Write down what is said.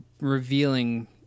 revealing